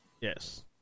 Yes